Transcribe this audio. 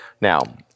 Now